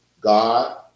God